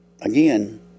again